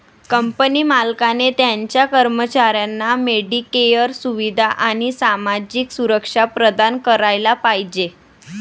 company मालकाने त्याच्या कर्मचाऱ्यांना मेडिकेअर सुविधा आणि सामाजिक सुरक्षा प्रदान करायला पाहिजे